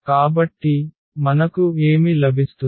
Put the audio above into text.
కాబట్టి మనకు ఏమి లభిస్తుంది